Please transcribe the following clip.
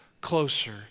closer